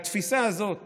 התפיסה הזאת